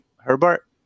Herbert